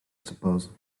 suppose